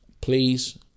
Please